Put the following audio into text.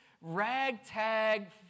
ragtag